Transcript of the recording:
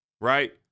right